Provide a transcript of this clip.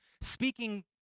speaking